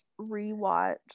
rewatch